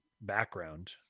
background